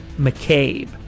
McCabe